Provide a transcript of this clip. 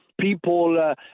people